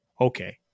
okay